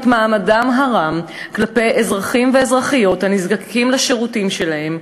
מעמדם הרם כלפי אזרחים ואזרחיות הנזקקים לשירותים שלהם,